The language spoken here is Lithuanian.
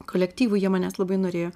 kolektyvu jie manęs labai norėjo